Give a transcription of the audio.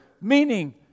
Meaning